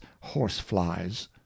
horse-flies